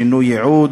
שינוי ייעוד,